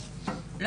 פריון.